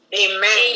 Amen